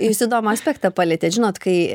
jūs įdomų aspektą palietėt žinot kai